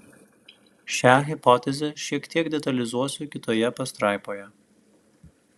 šią hipotezę šiek tiek detalizuosiu kitoje pastraipoje